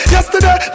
Yesterday